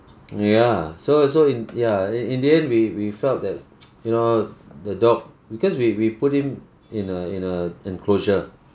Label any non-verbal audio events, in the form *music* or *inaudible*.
ya so also in ya in in the end we we felt that *noise* you know the dog because we we put him in a in a enclosure